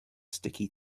sticky